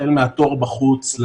החל מהתור בחוץ,